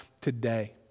today